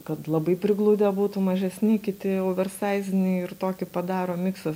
kad labai prigludę būtų mažesni kiti oversaiziniai ir tokį padaro miksą